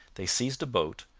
they seized a boat,